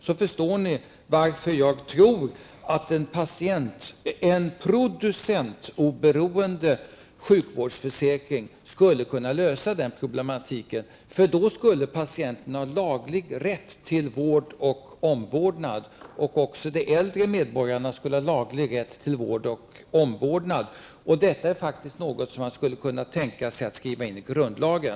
Då skulle ni förstå varför jag anser att en producentoberoende sjukvårdsförsäkring skulle vara lösningen. Med en producentoberoende sjukvårdsförsäkring skulle patienterna -- och då även de äldre medborgarna -- ha laglig rätt till vård och omvårdnad, vilket faktiskt är någonting som man skulle kunna tänka sig att skriva in i grundlagen.